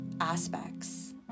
aspects